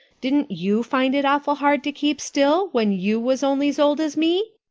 didn't you find it awful hard to keep still when you was only s old as me?